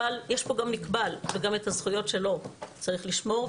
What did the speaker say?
אבל יש פה גם נקבל וגם את הזכויות שלו צריך לשמור,